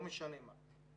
לא משנה מה.